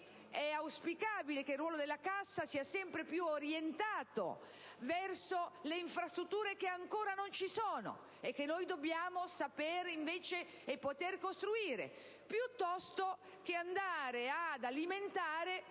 opinione) che il ruolo della Cassa sia sempre più orientato verso le infrastrutture che ancora non ci sono, e che noi dobbiamo invece sapere e poter costruire, piuttosto che andare ad alimentare